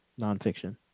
nonfiction